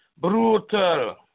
brutal